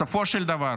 בסופו של דבר,